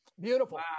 Beautiful